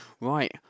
right